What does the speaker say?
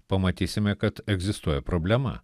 pamatysime kad egzistuoja problema